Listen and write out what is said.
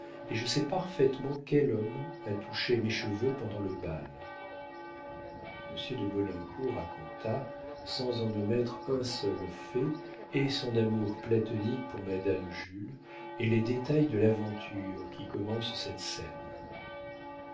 et je sais parfaitement quel homme a touché mes cheveux pendant le bal monsieur de maulincour raconta sans en omettre un seul fait et son amour platonique pour madame jules et les détails de l'aventure qui commence cette scène